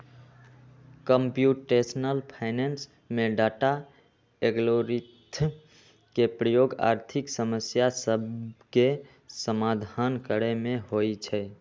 computational finance में data, algorithm के प्रयोग आर्थिक समस्या सभके समाधान करे में होइ छै